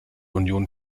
union